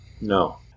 No